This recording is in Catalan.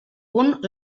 punt